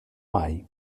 mai